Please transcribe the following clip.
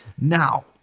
Now